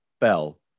Bell